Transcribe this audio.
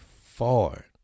far